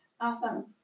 Awesome